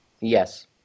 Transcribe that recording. Yes